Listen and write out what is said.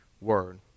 word